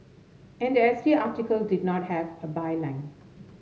and the S T article did not have a byline